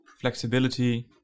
flexibility